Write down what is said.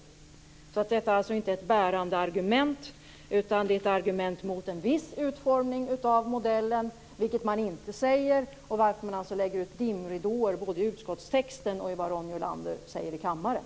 Detta är inte ett bärande argument. Det är ett argument mot en viss utformning av modellen, vilket man inte säger. Man lägger alltså ut dimridåer både i utskottstexten och i det Ronny Olander säger i kammaren.